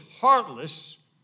heartless